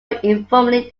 informally